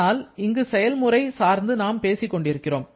ஆனால் இங்கு செயல்முறை சார்ந்து நாம் பேசிக் கொண்டிருக்கிறோம்